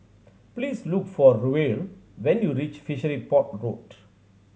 please look for Ruel when you reach Fishery Port Road